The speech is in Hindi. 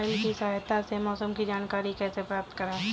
मोबाइल की सहायता से मौसम की जानकारी कैसे प्राप्त करें?